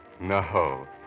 no